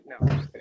No